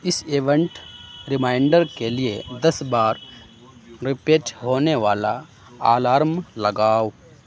اس event reminder کے لیے دس بار ریپیٹ ہونے والا الارم لگاؤ